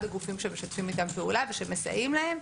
הגופים שמשתפים איתם פעולה ומסייעים להם.